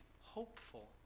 hopeful